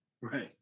Right